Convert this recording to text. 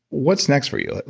what's next for you?